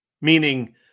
Meaning